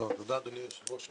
תודה, אדוני היושב ראש.